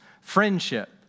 friendship